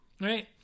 Right